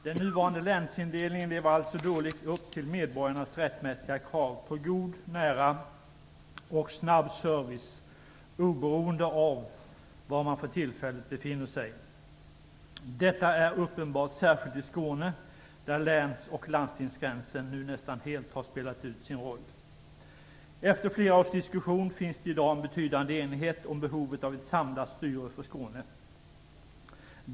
Den nuvarande länsindelningen lever alltså dåligt upp till medborgarnas rättmätiga krav på god, nära och snabb service oberoende av var man för tillfället befinner sig. Detta är uppenbart särskilt i Skåne, där läns och landstingsgränsen nu nästan helt har spelat ut sin roll. Efter flera års diskussion finns det i dag en betydande enighet om behovet av ett samlat styre för Skåne.